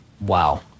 wow